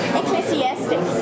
ecclesiastic